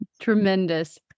Tremendous